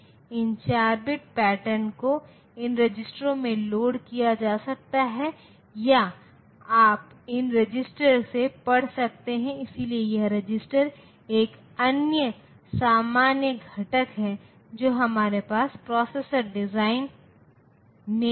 इसलिए इस 4 bit pattern को इन रजिस्टरों में लोड किया जा सकता है या आप इस रजिस्टर से पढ़ सकते हैं इसलिए यह रजिस्टर एक अन्य सामान्य घटक है जो हमारे पास प्रोसेसर डिज़ाइन में है